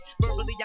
Verbally